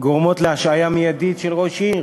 גורמות להשעיה מיידית של ראש עיר?